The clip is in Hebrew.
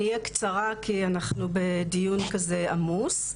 אני אהיה קצרה כי אנחנו בדיון כזה עמוס,